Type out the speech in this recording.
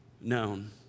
known